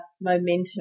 momentum